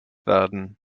werden